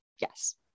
yes